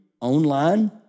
online